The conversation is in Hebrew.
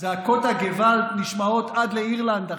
וזעקות הגעוואלד נשמעות עד לאירלנד.